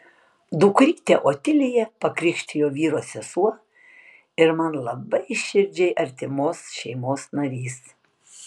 dukrytę otiliją pakrikštijo vyro sesuo ir man labai širdžiai artimos šeimos narys